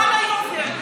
ואללה, יופי.